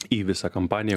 į visą kampaniją